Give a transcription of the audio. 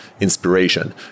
inspiration